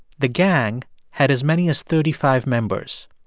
the gang had as many as thirty five members.